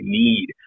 need